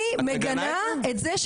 את מגנה את זה?